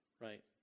right